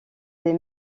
des